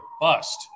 bust